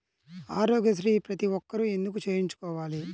ఆరోగ్యశ్రీ ప్రతి ఒక్కరూ ఎందుకు చేయించుకోవాలి?